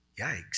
Yikes